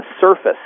surface